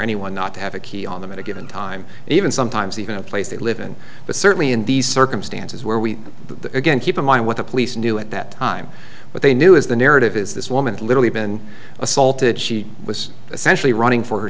anyone not to have a key on them at a given time even sometimes even a place they live in but certainly in these circumstances where we again keep in mind what the police knew at that time but they knew as the narrative is this woman literally been assaulted she was essentially running for her